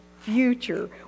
future